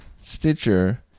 stitcher